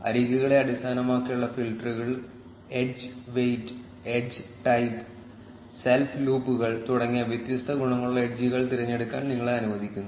അരികുകളെ അടിസ്ഥാനമാക്കിയുള്ള ഫിൽട്ടറുകൾ edge weight edge type self ലൂപ്പുകൾ തുടങ്ങിയ വ്യത്യസ്ത ഗുണങ്ങളുള്ള എഡ്ജുകൾ തിരഞ്ഞെടുക്കാൻ നിങ്ങളെ അനുവദിക്കുന്നു